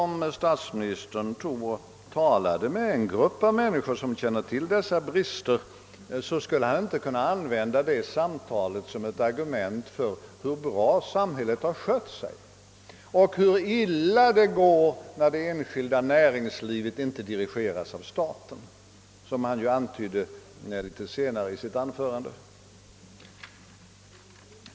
Om statsministern skulle tala med en grupp av människor, som känner av dessa brister, skulle han därför inte kunna använda detta samtal som ett argument för hur väl samhället skött sig och hur illa det går när det enskilda näringslivet inte dirigeras av staten, såsom han ju antydde något senare i sitt anförande.